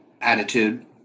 attitude